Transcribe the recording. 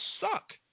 suck